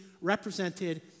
represented